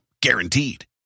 Guaranteed